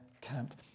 camp